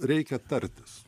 reikia tartis